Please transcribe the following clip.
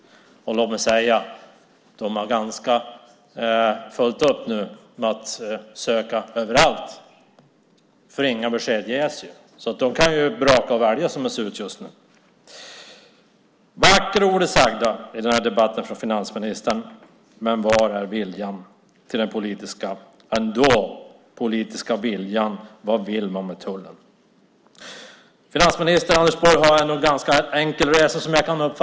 Och låt mig säga att de nu har fullt upp med att söka överallt, för det ges ju inga besked. Som det ser ut just nu kan de välja och vraka. Vackra ord har sagts av finansministern i debatten, men var finns den politiska viljan? Vad vill man med tullen? Som jag uppfattar det har finansminister Anders Borg trots allt en ganska enkel resa att göra.